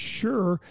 sure